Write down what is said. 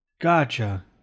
Gotcha